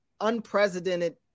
unprecedented